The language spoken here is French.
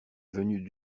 venue